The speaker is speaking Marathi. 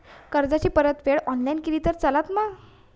कर्जाची परतफेड ऑनलाइन केली तरी चलता मा?